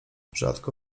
rzadko